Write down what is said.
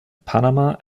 panama